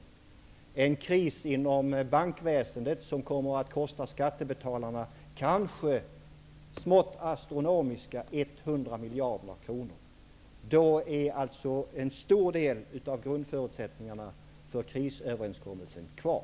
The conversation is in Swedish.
Och vi har en kris inom bankväsendet som kommer att kosta skattebetalarna kanske smått astronomiska 100 miljarder kronor. Men då är alltså en stor del av grundförutsättningarna för krisöverenskommelsen kvar.